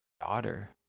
daughter